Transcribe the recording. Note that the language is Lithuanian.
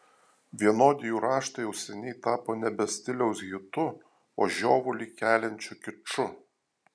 vienodi jų raštai jau seniai tapo nebe stiliaus hitu o žiovulį keliančiu kiču